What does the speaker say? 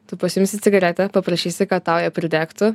tu pasiimsi cigaretę paprašysi kad tau ją pridegtų